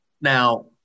Now